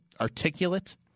articulate